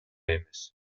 эмес